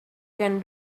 can